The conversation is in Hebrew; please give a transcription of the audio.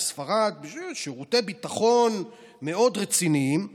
לספרד שירותי ביטחון רציניים מאוד.